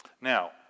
Now